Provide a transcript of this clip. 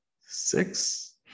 six